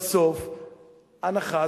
בסוף הנחה,